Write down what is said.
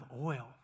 oil